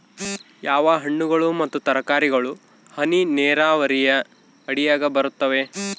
ಯಾವ ಹಣ್ಣುಗಳು ಮತ್ತು ತರಕಾರಿಗಳು ಹನಿ ನೇರಾವರಿ ಅಡಿಯಾಗ ಬರುತ್ತವೆ?